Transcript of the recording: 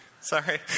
sorry